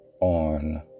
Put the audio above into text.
on